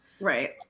Right